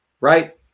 right